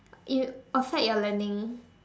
it outside your learning